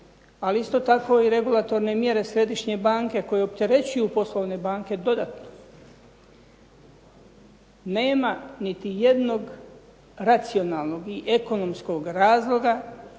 ali isto tako i regulatorne mjere središnje banke koje opterećuju poslovne banke dodatno. Nema niti jednog racionalnog i ekonomskog razloga